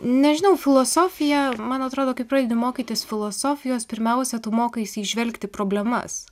nežinau filosofija man atrodo kai pradedi mokytis filosofijos pirmiausia tu mokaisi įžvelgti problemas